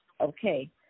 Okay